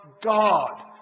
God